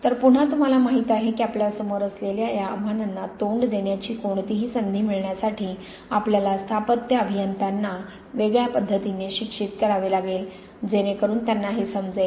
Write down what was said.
तर पुन्हा तुम्हाला माहीत आहे की आपल्यासमोर असलेल्या या आव्हानांना तोंड देण्याची कोणतीही संधी मिळण्यासाठी आपल्याला स्थापत्य अभियंत्यांना वेगळ्या पद्धतीने शिक्षित करावे लागेल जेणेकरून त्यांना हे समजेल